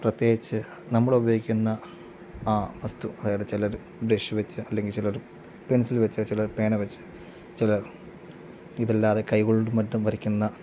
പ്രത്യേകിച്ച് നമ്മൾ അപയോഗിക്കുന്ന ആ വസ്തു അതായത് ചിലർ ബ്രഷ് വെച്ച് അല്ലെങ്കിൽ ചിലർ പെൻസിൽ വെച്ച് ചിലർ പേന വെച്ച് ചിലർ ഇതല്ലാതെ കൈകൊണ്ടും മറ്റും വരയ്ക്കുന്ന